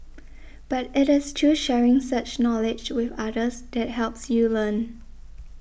but it is through sharing such knowledge with others that helps you learn